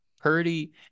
Purdy